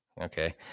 Okay